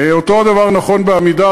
אותו הדבר נכון לגבי "עמידר".